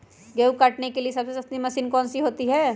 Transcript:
गेंहू काटने के लिए सबसे सस्ती मशीन कौन सी होती है?